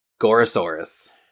Gorosaurus